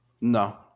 No